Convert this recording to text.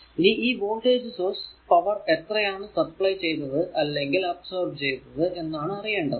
ഇനി ഈ voltage source power എത്രയാണ് സപ്ലൈ ചെയ്തത് അല്ലെങ്കിൽ അബ്സോർബ് ചെയ്തത് എന്നാണ് അറിയേണ്ടത്